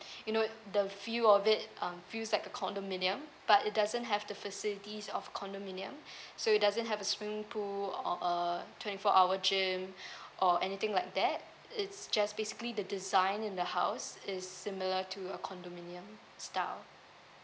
you know the feel of it um feels like a condominium but it doesn't have the facilities of condominium so it doesn't have a swimming pool or uh twenty four hour gym or anything like that it's just basically the design in the house is similar to a condominium stuff